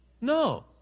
no